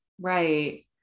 Right